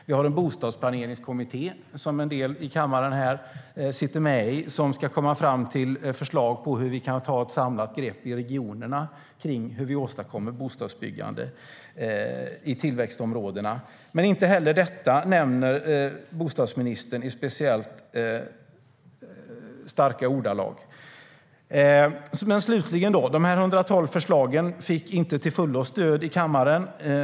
Vi har en bostadsplaneringskommitté där en del här i kammaren sitter med som ska komma fram till förslag på hur regionerna kan ta ett samlat grepp om hur vi åstadkommer bostadsbyggande i tillväxtområdena. Men inte heller detta nämner bostadsministern i speciellt starka ordalag.De 112 förslagen fick inte till fullo stöd i kammaren.